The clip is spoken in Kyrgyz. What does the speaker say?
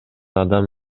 адам